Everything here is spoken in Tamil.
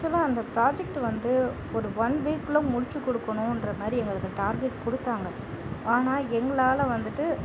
ஆக்சுவலாக அந்த பிராஜெக்ட் வந்து ஒரு ஒன் வீக்கில் முடித்து கொடுக்கணுன்ற மாதிரி எங்களுக்கு டார்கெட் கொடுத்தாங்க ஆனால் எங்களால் வந்துட்டு